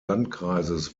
landkreises